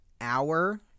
hour